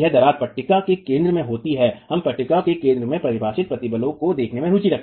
यह दरार पट्टिका के केंद्र में होती है हम पट्टिका के केंद्र में परिभाषित प्रतिबलों को देखने में रुचि रखते हैं